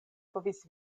povis